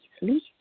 easily